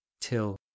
till